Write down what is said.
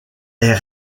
est